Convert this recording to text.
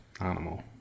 animal